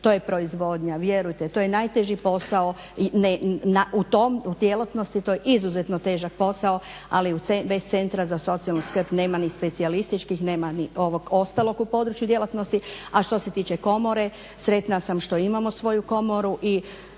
to je proizvodnja vjerujte. To je najteži posao i u toj djelatnosti je izuzetno težak posao ali bez centra za socijalnu skrbe nema ni specijalističkih nema i ovog ostalog u području djelatnosti, a što se tiče komore sretna sam što imamo svoju komoru